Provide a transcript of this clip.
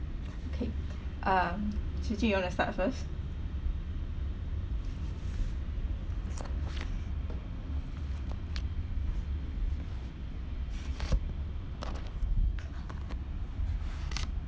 okay um swee ching you want to start first